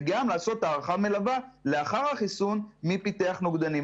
וגם לעשות הערכה מלווה לאחר החיסון מי פיתח נוגדנים.